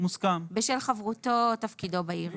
בשל חברותו או תפקידו בארגון.